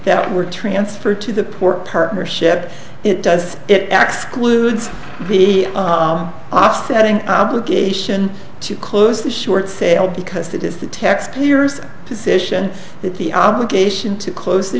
that were transferred to the poor partnership it does it acts clunes the offsetting obligation to close the short sale because that is the taxpayers position that the obligation to close the